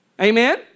Amen